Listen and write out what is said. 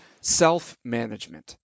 self-management